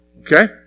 okay